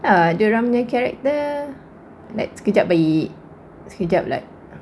ah dorang punya character like sekejap baik sekejap like